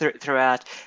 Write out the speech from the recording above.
throughout